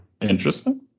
interesting